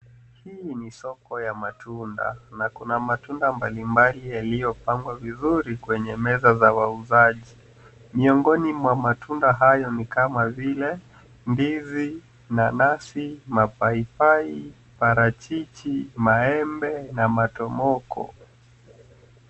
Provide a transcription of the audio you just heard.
Hii ni soko ya matunda na kuna matunda mbali mbali yaliyo pangwa vizuri kwenye meza za wauzaji miongoni mwa matunda hayo ni kama vile ndizi, nanasi, mapaipai, parachichi, maembe na matomoko